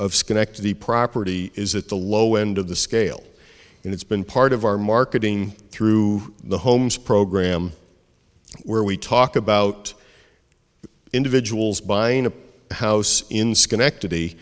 of schenectady property is at the low end of the scale and it's been part of our marketing through the homes program where we talk about individuals buying a house in schenectady